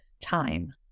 time